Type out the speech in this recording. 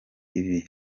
ibi